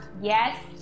Yes